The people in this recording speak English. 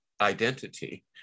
identity